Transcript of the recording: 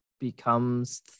Becomes